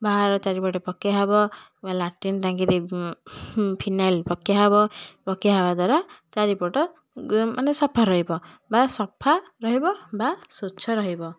ବାହାର ଚାରିପଟେ ପକିଆ ହେବ ବା ଲାଟ୍ରିନ୍ ଟାଙ୍କିରେ ଉଁ ଫିନାଇଲ୍ ପକିଆ ହେବ ପକିଆ ହେବା ଦ୍ୱାରା ଚାରିପଟ ଗୁ ମାନେ ସଫା ରହିବ ବା ସଫା ରହିବ ବା ସ୍ୱଚ୍ଛ ରହିବ